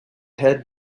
head